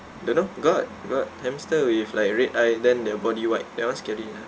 don't know got got hamster with like red eye then their body white that [one] scary ah